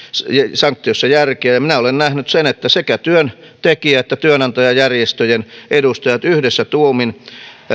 sanktioissa järkeä minä olen nähnyt sen kuinka työntekijä ja työnantajajärjestöjen edustajat yhdessä tuumin